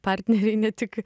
partneriai ne tik